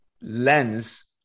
lens